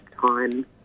time